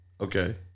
Okay